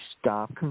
stop